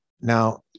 Now